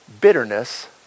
bitterness